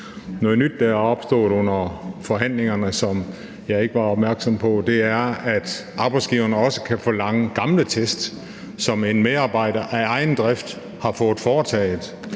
Noget nyt, der er opstået under forhandlingerne, og som jeg ikke var opmærksom på, er, at arbejdsgiverne også kan forlange resultatet af gamle test, som en medarbejder af egen drift har fået foretaget.